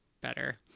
better